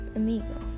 amigo